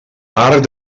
arc